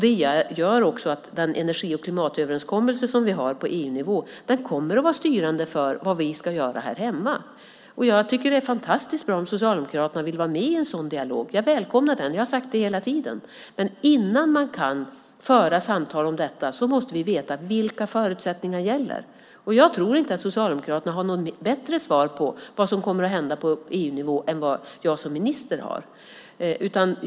Det gör att den energi och klimatöverenskommelse som vi har på EU-nivå kommer att vara styrande för vad vi ska göra här hemma. Jag tycker att det är fantastiskt bra om Socialdemokraterna vill vara med om en sådan dialog. Jag välkomnar det, det har jag sagt hela tiden. Men innan man kan föra samtal om detta måste vi veta vilka förutsättningar som gäller. Jag tror inte att Socialdemokraterna har något bättre svar på vad som kommer att hända på EU-nivå än vad jag som minister har.